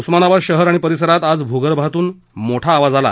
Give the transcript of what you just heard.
उस्मानाबाद शहर आणि परिसरात आज भूगर्भातून मोठा आवाज आला